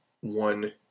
one